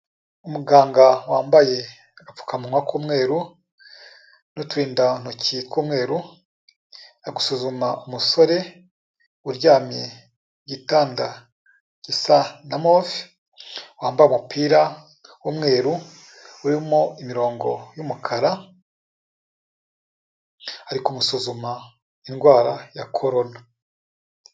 Umuganga wambaye apfukamunwa k'umweru, n'uturindantoki tw'umweru, ari gusuzuma umusore, uryamye igitanda ku gitanda gisa na move, wambaye umupira w'umweru urimo imirongo y'umukara ari kumusuzuma indwara ya corona.